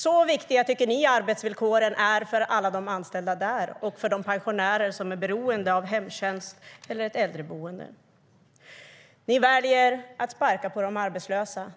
Så viktiga tycker ni att arbetsvillkoren är för alla de anställda där och för de pensionärer som är beroende av hemtjänst eller ett äldreboende. Ni väljer att sparka på de arbetslösa.